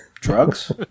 Drugs